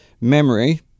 memory